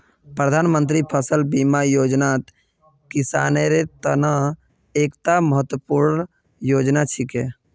प्रधानमंत्री फसल बीमा योजनात किसानेर त न एकता महत्वपूर्ण योजना छिके